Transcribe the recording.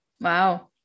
wow